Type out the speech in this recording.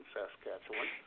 Saskatchewan